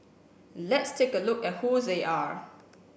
let's take a look at who they are